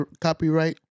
copyright